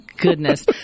goodness